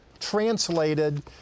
Translated